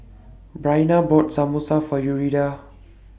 Briana bought Samosa For Yuridia